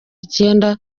icyenda